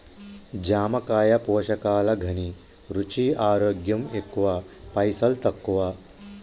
జామకాయ పోషకాల ఘనీ, రుచి, ఆరోగ్యం ఎక్కువ పైసల్ తక్కువ